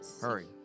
hurry